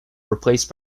replaced